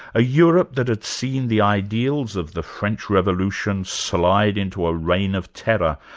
a europe that had seen the ideals of the french revolution slide into a reign of terror,